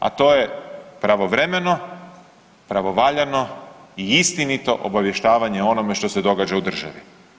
A to je pravovremeno, pravovaljano i istinito obavještavanje o onome što se događa u državi.